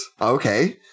Okay